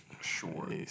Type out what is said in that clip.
Sure